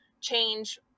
change